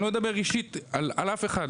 אני לא מדבר אישית על אף אחד,